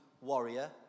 warrior